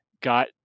got